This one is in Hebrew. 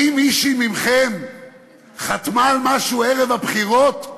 האם מישהי מכן חתמה על משהו ערב הבחירות,